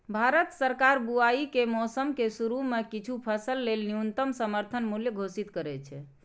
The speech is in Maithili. भारत सरकार बुआइ के मौसम के शुरू मे किछु फसल लेल न्यूनतम समर्थन मूल्य घोषित करै छै